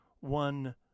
One